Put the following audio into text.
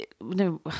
No